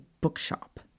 bookshop